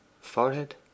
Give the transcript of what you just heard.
Forehead